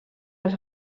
els